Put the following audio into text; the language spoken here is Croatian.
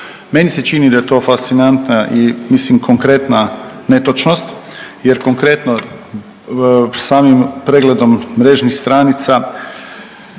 Meni se čini da je to fascinantna i mislim konkretna netočnost jer konkretno samim pregledom mrežnih stranica